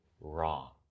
wrong